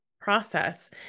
process